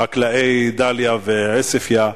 חקלאי דאליה ועוספיא,